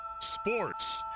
Sports